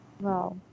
Wow